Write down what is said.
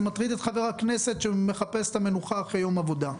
זה מטריד את חבר הכנסת שמחפש מנוחה אחרי יום עבודה.